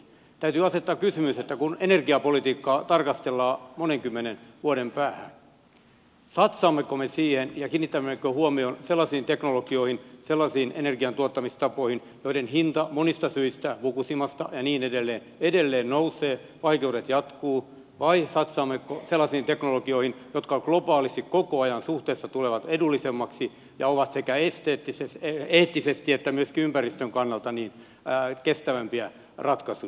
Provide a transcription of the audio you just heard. täytyy asettaa se kysymys että kun energiapolitiikkaa tarkastellaan monen kymmenen vuoden päähän satsaammeko me siihen ja kiinnitämmekö huomion sellaisiin teknologioihin sellaisiin energiantuottamistapoihin joiden hinta monista syistä fukushimasta ja niin edelleen johtuen edelleen nousee vaikeudet jatkuvat vai satsaammeko sellaisiin teknologioihin jotka globaalisti koko ajan suhteessa tulevat edullisemmaksi ja ovat sekä eettisesti että myöskin ympäristön kannalta kestävämpiä ratkaisuja